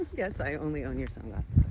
yes, i only own your sunglasses.